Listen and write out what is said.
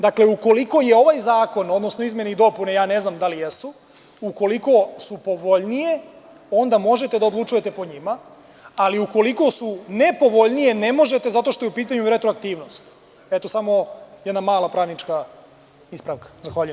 Dakle, ukoliko je ovaj zakon, odnosno izmene i dopune, a ja ne znam da li jesu, povoljnije, onda možete da odlučujete po njima, a ukoliko su nepovoljnije, ne možete, zato što je u pitanju retroaktivnost, samo jedna mala pravnička ispravka.